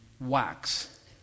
wax